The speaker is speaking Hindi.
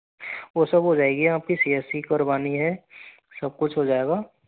वो सब हो जाएगी आपकी सी एस सी करवानी है सब कुछ हो जाएगा